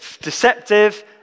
deceptive